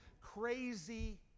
crazy